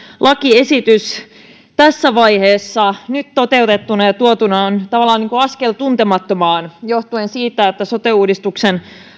lakiesitys nyt tässä vaiheessa toteutettuna ja tuotuna on tavallaan niin kuin askel tuntemattomaan johtuen siitä että sote uudistuksen